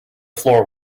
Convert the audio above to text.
floor